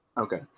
Okay